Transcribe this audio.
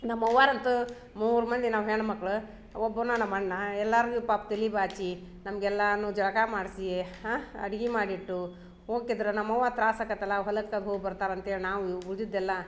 ನಮ್ಮ ಅವ್ವಾರು ಅಂತು ಮೂರು ಮಂದಿ ನಾವು ಹೆಣ್ಣು ಮಕ್ಳು ಒಬ್ಬುನು ನಮ್ಮ ಅಣ್ಣ ಎಲ್ಲಾರ್ಗು ಪಾಪ ತೆಲಿಬಾಚಿ ನಮಗೆಲ್ಲಾನು ಜಳಕ ಮಾಡಿಸಿ ಅಡಿಗೆ ಮಾಡಿಟ್ಟು ಹೋಕಿದ್ರ್ ನಮ್ಮ ಅವ್ವ ತ್ರಾಸ ಆಕತ್ತಲ್ಲಾ ಹೊಲಕ್ಕೆ ಹೋಗಿ ಬರ್ತಾರೆ ಅಂತೇಳಿ ನಾವು ಉಳ್ದಿದೆಲ್ಲಾ